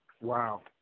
Wow